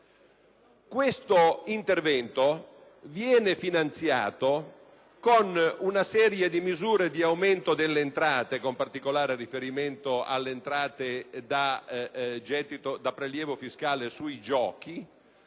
Quell'intervento viene finanziato con una serie di misure di aumento delle entrate (con particolare riferimento alle entrate da prelievo fiscale sui giochi)